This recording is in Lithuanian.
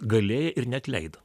galėję ir neatleido